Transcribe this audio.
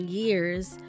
years